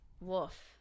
Woof